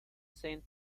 saint